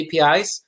APIs